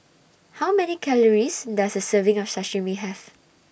How Many Calories Does A Serving of Sashimi Have